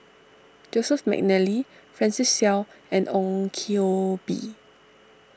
Joseph McNally Francis Seow and Ong Koh Bee